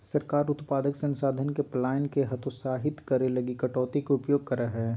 सरकार उत्पादक संसाधन के पलायन के हतोत्साहित करे लगी कटौती के उपयोग करा हइ